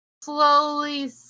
slowly